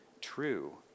true